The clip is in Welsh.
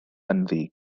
ynddi